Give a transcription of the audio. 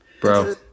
Bro